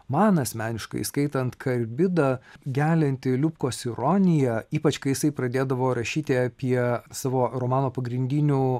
man asmeniškai skaitant karbidą gelianti liubkos ironija ypač kai jisai pradėdavo rašyti apie savo romano pagrindinių